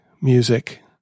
music